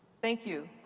thank you.